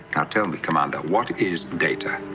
ah tell me, commander. what is data?